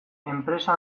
enpresa